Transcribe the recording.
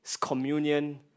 communion